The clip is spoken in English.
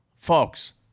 Folks